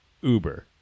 Uber